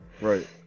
Right